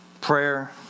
prayer